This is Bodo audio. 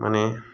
माने